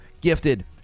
gifted